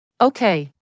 Okay